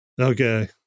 Okay